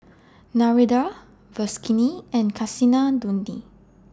Narendra and Kasinadhuni